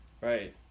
Right